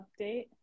update